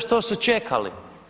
Što su čekali?